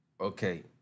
Okay